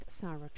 Sarah